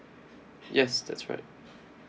yes that's right